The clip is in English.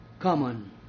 common